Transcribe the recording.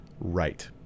Right